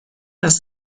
است